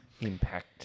Impact